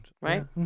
right